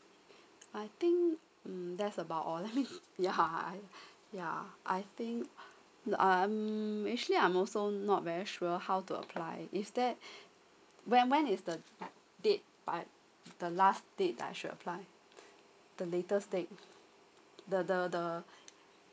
I think mm that's about all I mean yeah I yeah I think uh um actually I'm also not very sure how to apply is there when when is the date I the last date I should apply the latest date the the the